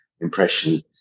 impression